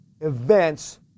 events